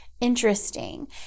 interesting